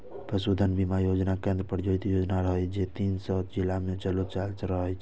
पशुधन बीमा योजना केंद्र प्रायोजित योजना रहै, जे तीन सय जिला मे चलाओल जा रहल छै